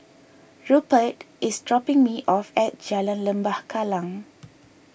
Rupert is dropping me off at Jalan Lembah Kallang